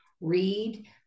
read